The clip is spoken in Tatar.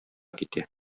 китә